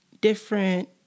Different